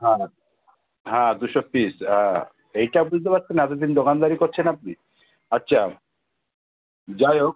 হ্যাঁ হ্যাঁ হ্যাঁ দুশো পিস এইটা বুঝতে পারছেন না এতদিন দোকানদারি করছেন আপনি আচ্ছা যাই হোক